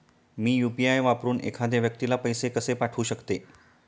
मी UPI वापरून एखाद्या व्यक्तीला पैसे कसे पाठवू शकते?